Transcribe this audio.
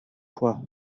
toi